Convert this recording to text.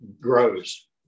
grows